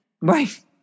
Right